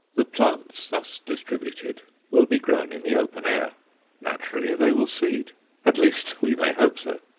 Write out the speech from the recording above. the plants thus distributed will be grown in the open air naturally they will seed at least, we may hope so.